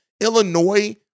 Illinois